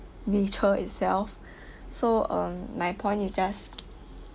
nature itself so um my point is just